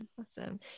Awesome